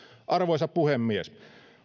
arvoisa puhemies